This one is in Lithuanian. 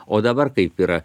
o dabar kaip yra